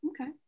okay